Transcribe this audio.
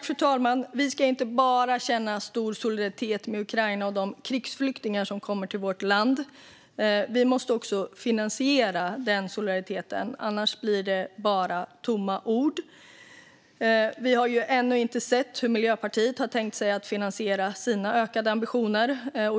Fru talman! Vi ska inte bara känna stor solidaritet med Ukraina och de krigsflyktingar som kommer till vårt land. Vi måste också finansiera den solidariteten, annars blir det bara tomma ord. Vi har ännu inte sett hur Miljöpartiet har tänkt sig att finansiera sina ökade ambitioner.